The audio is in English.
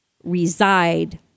Reside